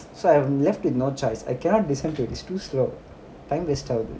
so I'm left with no choice I cannot listen to it it's too slow time waste ஆகுது:aakudhu